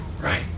right